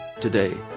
today